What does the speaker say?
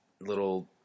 little